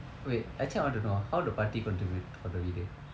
wait actually I want to know how the பாட்டி:paatti contribute for the வீட்டு:vittu